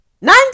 nine